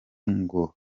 ngo